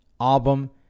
album